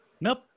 Nope